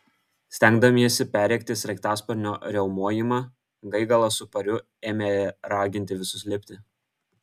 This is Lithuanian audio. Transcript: stengdamiesi perrėkti sraigtasparnio riaumojimą gaigalas su pariu ėmė raginti visus lipti